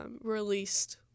Released